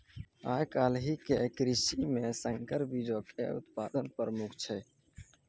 आइ काल्हि के कृषि मे संकर बीजो के उत्पादन प्रमुख छै